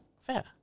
Fair